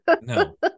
no